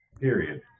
Period